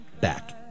back